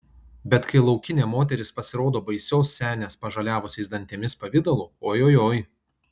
bet kai laukinė moteris pasirodo baisios senės pažaliavusiais dantimis pavidalu ojojoi